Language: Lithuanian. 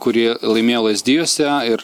kuri laimėjo lazdijuose ir